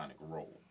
role